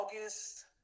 August